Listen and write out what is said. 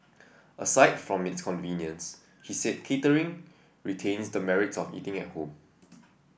aside from its convenience she said catering retains the merits of eating at home